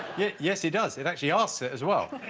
yes. he does. it actually asks it as well